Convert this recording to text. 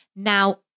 Now